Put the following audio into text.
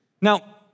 Now